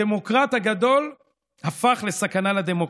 הדמוקרט הגדול הפך לסכנה לדמוקרטיה.